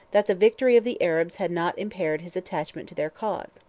that the victory of the arabs had not impaired his attachment to their cause.